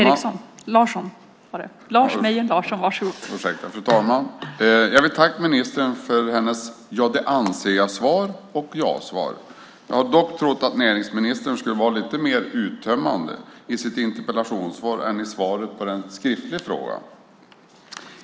Fru talman! Jag vill tacka ministern för hennes ja-det-anser-jag-svar och för hennes ja-svar. Jag hade dock trott att näringsministern skulle vara lite mer uttömmande i sitt interpellationssvar än i svaret på den skriftliga frågan.